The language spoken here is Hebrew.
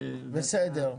בסדר.